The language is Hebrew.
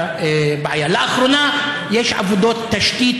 בערוץ 10,